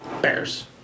Bears